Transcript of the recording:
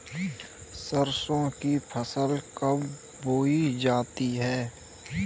सरसों की फसल कब बोई जाती है?